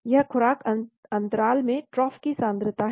यह खुराक अंतराल में ट्रॉफ की सांद्रता है